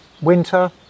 winter